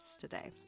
today